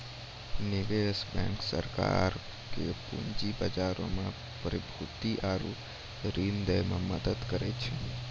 निवेश बैंक सरकारो के पूंजी बजारो मे प्रतिभूति आरु ऋण दै मे करै मदद करै छै